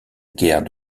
guerre